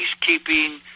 peacekeeping